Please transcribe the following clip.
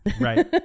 Right